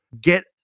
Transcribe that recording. Get